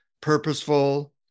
purposeful